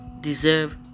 deserve